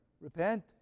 Repent